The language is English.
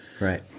Right